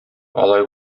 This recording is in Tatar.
алай